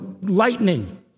lightning